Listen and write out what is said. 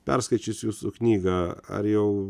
perskaičius jūsų knygą ar jau